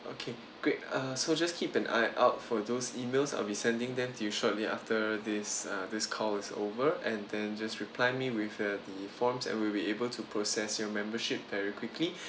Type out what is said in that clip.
okay great uh so just keep an eye out for those emails I'll be sending them to you shortly after this uh this call is over and then just reply me with uh the forms and we'll be able to process your membership very quickly